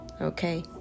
Okay